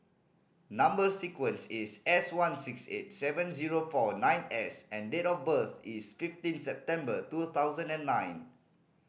number sequence is S one six eight seven zero four nine S and date of birth is fifteen September two thousand and nine